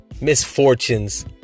misfortunes